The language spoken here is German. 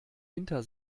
hinter